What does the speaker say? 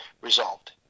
resolved